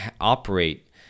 operate